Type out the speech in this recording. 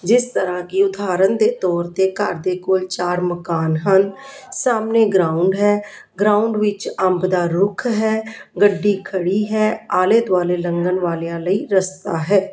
ਜਿਸ ਤਰ੍ਹਾਂ ਕਿ ਉਦਾਹਰਨ ਦੇ ਤੌਰ 'ਤੇ ਘਰ ਦੇ ਕੋਲ ਚਾਰ ਮਕਾਨ ਹਨ ਸਾਹਮਣੇ ਗਰਾਊਂਡ ਹੈ ਗਰਾਊਂਡ ਵਿੱਚ ਅੰਬ ਦਾ ਰੁੱਖ ਹੈ ਗੱਡੀ ਖੜ੍ਹੀ ਹੈ ਆਲੇ ਦੁਆਲੇ ਲੰਘਣ ਵਾਲਿਆਂ ਲਈ ਰਸਤਾ ਹੈ